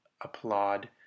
applaud